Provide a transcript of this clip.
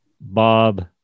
Bob